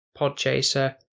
Podchaser